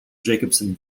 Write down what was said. jacobson